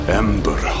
ember